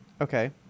Okay